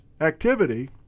activity